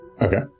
Okay